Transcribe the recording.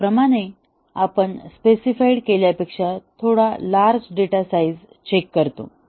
त्याचप्रमाणे आपण स्पेसिफाइड केल्यापेक्षा थोडा लार्ज डेटा साईझ चेक करतो